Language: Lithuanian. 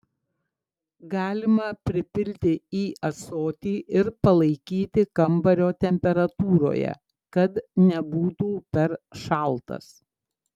galima pripilti į ąsotį ir palaikyti kambario temperatūroje kad nebūtų per šaltas